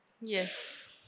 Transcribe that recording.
Yes